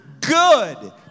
good